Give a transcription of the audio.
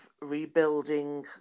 rebuilding